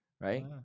right